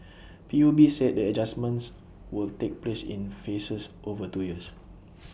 P U B said the adjustments will take place in phases over two years